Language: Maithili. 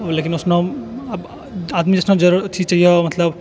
लेकिन ओइसनऽ आब आदमी ओइसनऽ जरूर अथी चाहिअऽ मतलब